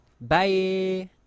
Bye